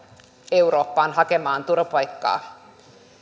eurooppaan hakemaan turvapaikkaa